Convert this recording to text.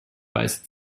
weiße